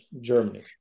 Germany